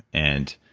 and